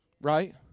Right